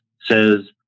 says